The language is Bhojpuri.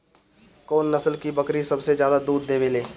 कौन नस्ल की बकरी सबसे ज्यादा दूध देवेले?